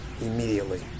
immediately